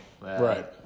right